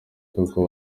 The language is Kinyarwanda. koko